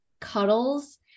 cuddles